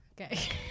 okay